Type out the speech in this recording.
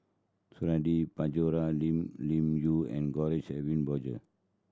Suradi Parjo Lee Li Yu and George Edwin Bogaars